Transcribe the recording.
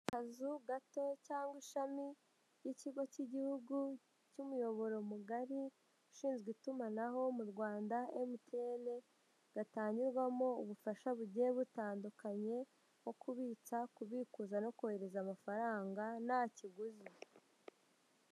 Akazu gato cyangwa ishami ry'ikigo cy'igihugu cy'umuyoboro mugari ushinzwe itumanaho mu Rwanda MTN,gatanyurwamo ubufasha bugiye butandukanye nko kubitsa, kubikuza no kohereza amafaranga nta kiguzi.